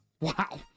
wow